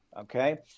okay